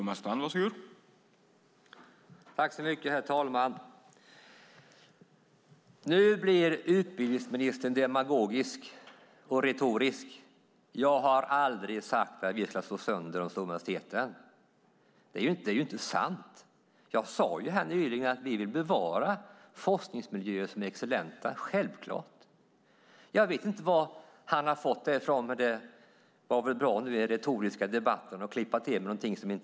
Herr talman! Nu blir utbildningsministern demagogisk och retorisk. Jag har aldrig sagt att vi ska slå sönder de stora universiteten. Det är inte sant! Nyss sade jag att vi vill bevara forskningsmiljöer som är excellenta - självklart! Jag vet inte varifrån utbildningsministern fått det hela, men det var väl bra att i en retorisk debatt klippa till med någonting som inte är sant.